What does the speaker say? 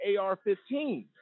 AR-15